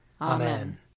Amen